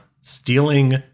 stealing